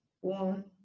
one